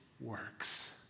works